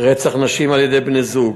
רצח נשים על-ידי בני-זוג,